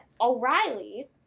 O'Reilly